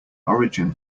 origin